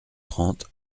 trente